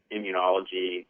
immunology